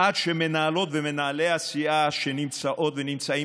עד שמנהלות ומנהלי הסיעה שנמצאות ונמצאים